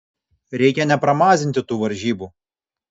reikia nepramazinti tų varžybų